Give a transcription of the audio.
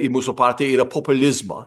į mūsų partiją yra populizmą